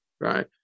right